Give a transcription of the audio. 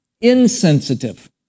insensitive